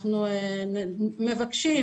אנחנו מבקשים